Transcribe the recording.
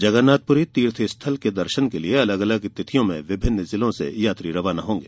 जगन्नाथपुरी तीर्थ स्थल के दर्शन के लिए अलग अलग तिथियों में विभिन्न जिलों से यात्री रवाना होंगे